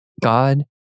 God